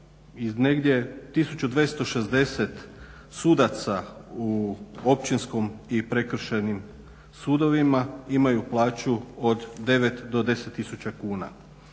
i negdje tisuću 260 sudaca u općinskom i prekršajnim sudovima imaju plaću od 9 do 10 tisuća